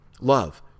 Love